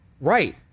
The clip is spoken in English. right